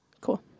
Cool